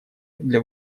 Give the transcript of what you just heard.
для